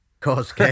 cause